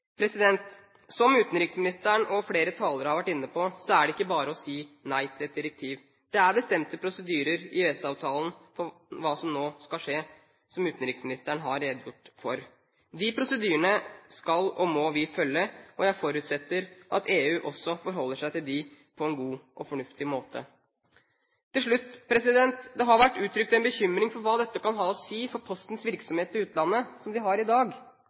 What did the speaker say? Som utenriksministeren og flere talere har vært inne på, er det ikke bare å si nei til et direktiv. Det er bestemte prosedyrer i EØS-avtalen for hva som nå skal skje, som utenriksministeren har redegjort for. De prosedyrene skal – og må – vi følge. Jeg forutsetter at EU også forholder seg til dem på en god og fornuftig måte. Til slutt: Det har vært uttrykt bekymring for hva dette kan ha å si for den virksomheten Posten har i utlandet i dag.